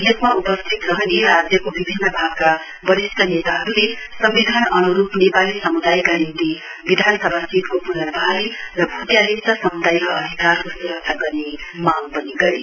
यसमा उपस्थित रहने राज्यको विभिन्न भागका वरिष्ठ नेताहरूले संविधान अन्रूप नेपाली सम्दायका निम्ति विधानसभा सीटको पुर्नवहाली र भुटिया लेप्चा समुदायका अधिकारको सुरक्षा गर्ने माग पनि गरे